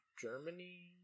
Germany